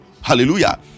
hallelujah